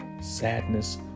sadness